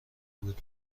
بود